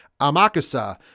Amakusa